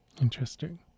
Interesting